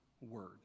word